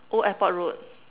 old-airport-road